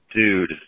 Dude